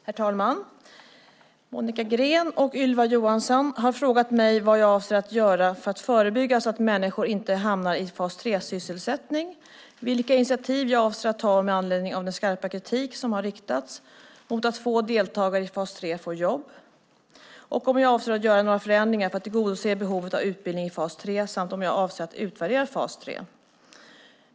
Herr talman! Monica Green och Ylva Johansson har frågat mig vad jag avser att göra för att förebygga att människor hamnar i fas 3-sysselsättning, vilka initiativ jag avser att ta med anledning av den skarpa kritik som har riktats mot att få deltagare i fas 3 får jobb, om jag avser att göra några förändringar för att tillgodose behovet av utbildning i fas 3 samt om jag avser att utvärdera fas 3.